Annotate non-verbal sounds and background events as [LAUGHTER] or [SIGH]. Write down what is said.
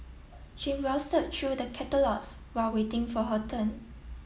she [UNINTELLIGIBLE] through the catalogues while waiting for her turn